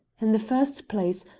in the first place,